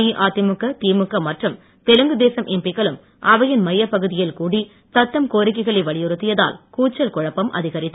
அஇஅதிமுக திமுக மற்றும் தெலுங்கு தேச எம்பிக்களும் அவையின் மையப்பகுதிகயில் கூடி த்த்ம் கோரிக்கைகளை வலியுறுத்தியதால் கூச்சல் குழப்பம் அதிகரித்து